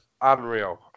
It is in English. unreal